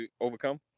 overcome